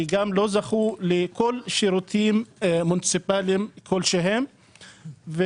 או לכל שירותים מוניציפליים כלשהם.